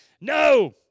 no